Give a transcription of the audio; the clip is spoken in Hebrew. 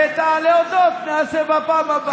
את התודות נעשה בפעם הבאה.